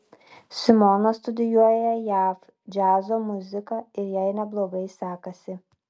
simona studijuoja jav džiazo muziką ir jai neblogai sekasi